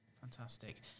Fantastic